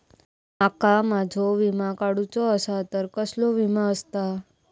माका माझो विमा काडुचो असा तर कसलो विमा आस्ता?